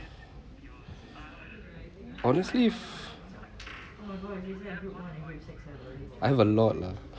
honestly I have a lot lah